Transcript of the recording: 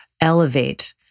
elevate